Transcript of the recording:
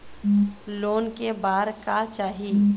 Loan ले बार का चाही?